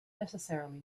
necessarily